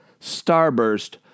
Starburst